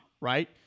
right